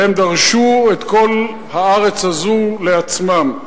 והם דרשו את כל הארץ הזאת לעצמם.